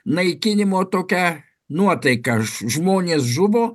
naikinimo tokia nuotaika žmonės žuvo